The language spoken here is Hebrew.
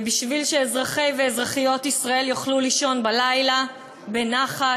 ובשביל שאזרחי ואזרחיות ישראל יוכלו לישון בלילה בנחת,